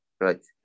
right